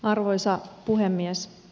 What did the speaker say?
arvoisa puhemies